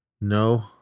No